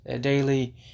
daily